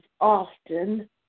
often